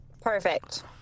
Perfect